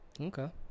Okay